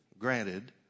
granted